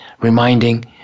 reminding